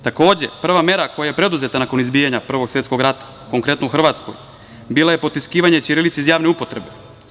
Takođe, prva mera koja je preduzeta nakon izbijanja Prvog svetskog rata, konkretno u Hrvatskoj, bila je potiskivanje ćirilice iz javne upotrebe.